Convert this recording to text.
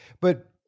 but-